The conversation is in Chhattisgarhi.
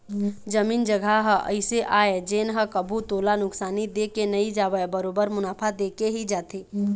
जमीन जघा ह अइसे आय जेन ह कभू तोला नुकसानी दे के नई जावय बरोबर मुनाफा देके ही जाथे